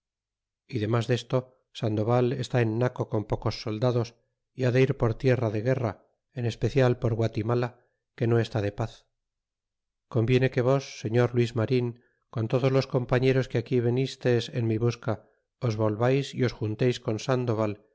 y demas desto sandoval está en naco con pocos soldados y ha de ir por tierra de guerra en especial por guatimala que no está de paz conviene que vos señor luis maria con todos los compañeros que aquí venistes en mi busca os volvais y os junteis con sandoval